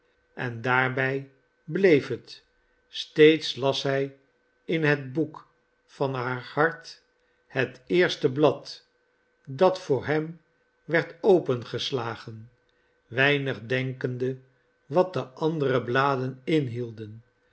genot verheugd endaarbij bleefhet steeds las hij in het boek van haar hart het eerste blad dat voor hem werd opengeslagen weinig denkende wat de andere bladen inhielden